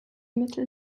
mittel